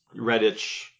Redditch